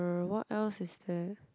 err what else is there